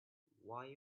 why